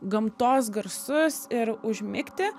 gamtos garsus ir užmigti